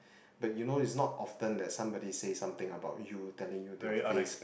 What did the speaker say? but you know is not often that somebody say something about you telling you their faces